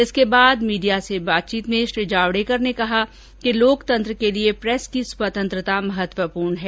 इसके बाद मीडिया से बातचीत में श्री जावडेकर ने कहा कि लोकतंत्र के लिए प्रेस की स्वतंत्रता महत्वपूर्ण है